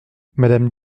madame